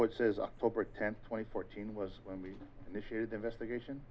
it says october tenth twenty fourteen was when we initiated the investigation